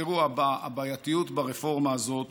תראו, הבעייתיות ברפורמה הזאת